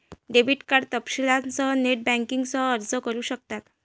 debit card तपशीलांसह net बँकिंगसाठी अर्ज करू शकतात